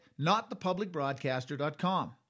notthepublicbroadcaster.com